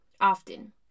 Often